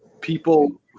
people